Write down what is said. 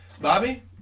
Bobby